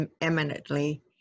eminently